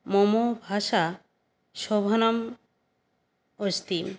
मम भाषा शोभनम् अस्ति